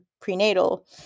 prenatal